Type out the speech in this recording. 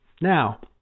Now